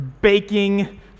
baking